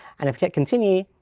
and if i hit continue,